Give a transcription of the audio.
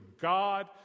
god